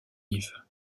live